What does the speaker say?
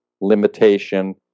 limitation